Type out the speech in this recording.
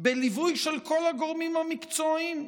בליווי של כל הגורמים המקצועיים,